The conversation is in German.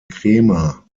cremer